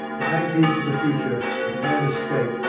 to take heed for the future, to plan escape,